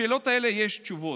לשאלות האלה יש תשובות,